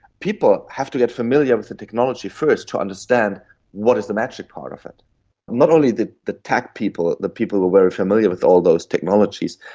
people have to get familiar with the technology first to understand what is the magic part of it, and not only the the tech people, the people who are very familiar with all those technologies,